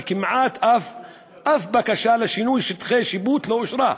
וכמעט שום בקשה לשינוי שטחי שיפוט לא אושרה.